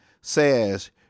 says